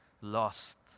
lost